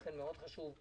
לכן חשובה מאוד